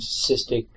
cystic